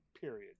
period